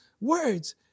words